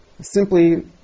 simply